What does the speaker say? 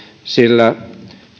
sillä